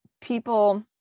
people